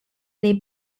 they